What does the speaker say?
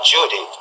Judy